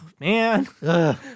Man